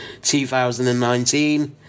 2019